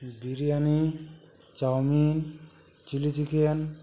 biryani chowmein chilli chicken